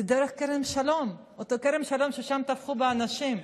זה דרך כרם שלום, אותו כרם שלום שבו טבחו באנשים.